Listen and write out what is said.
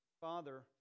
father